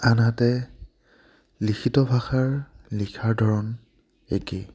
আনহাতে লিখিত ভাষাৰ লিখাৰ ধৰণ একেই